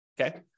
okay